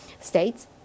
states